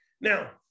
Now